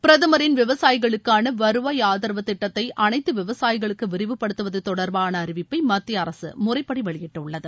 பிரதமின் விவசாயிகளுக்கான வருவாய் ஆதரவு திட்டத்தை அனைத்து விவசாயிகளுக்கு விரிவுப்படுத்துவது தொடர்பான அறிவிப்பை மத்தியஅரசு முறைப்படி வெளியிட்டுள்ளது